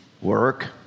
Work